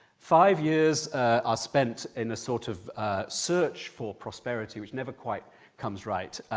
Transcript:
five years are spent in a sort of search for prosperity which never quite comes right,